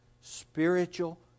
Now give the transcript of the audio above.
Spiritual